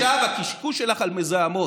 עכשיו, הקשקוש שלך על מזהמות,